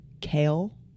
kale